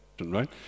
right